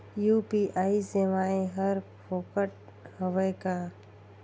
UPI सेवाएं हर फोकट हवय का?